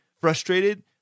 frustrated